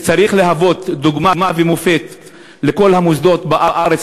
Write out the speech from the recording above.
שצריך להוות דוגמה ומופת לכל המוסדות בארץ,